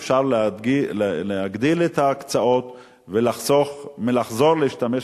אפשר להגדיל את ההקצאות ולחזור להשתמש